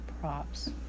props